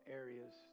areas